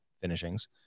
finishings